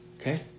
Okay